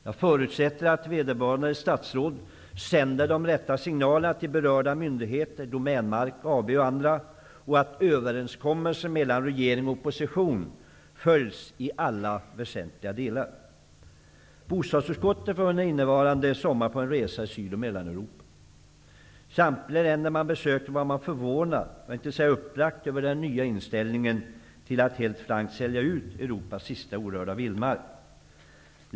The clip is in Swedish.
Jag förutsätter att vederbörande statsråd sänder de rätta signalerna till berörda myndigheter, Domänmark AB och andra, och att överenskommelsen mellan regering och opposition följs i alla väsentliga delar. Bostadsutskottet var i somras på en resa i Syd och Mellaneuropa. I samtliga länder vi besökte var man förvånad, för att inte säga uppbragt, över den nya inställningen att Europas sista orörda vildmark helt frankt kan säljas ut.